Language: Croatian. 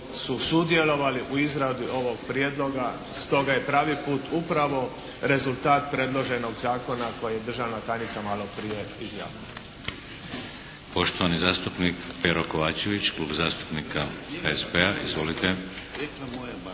su sudjelovali u izradi ovog prijedloga. Stoga je pravi put upravo rezultat predloženog zakona koji je državna tajnica maloprije izjavila.